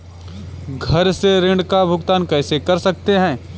घर से ऋण का भुगतान कैसे कर सकते हैं?